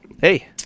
Hey